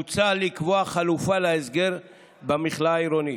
מוצע לקבוע חלופה להסגר במכלאה העירונית.